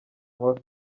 nkora